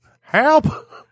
Help